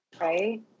right